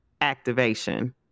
activation